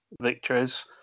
victories